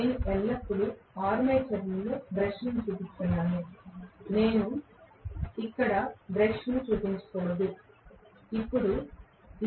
నేను ఎల్లప్పుడూ ఆర్మేచర్లో బ్రష్లను చూపిస్తాను ఇక్కడ నేను బ్రష్ చూపించకూడదు